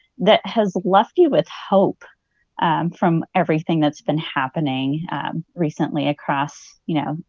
that has left you with hope from everything that's been happening recently across, you know,